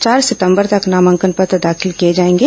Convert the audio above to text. चार सितंबर तक नामांकन पत्र दाखिल किए जाएगे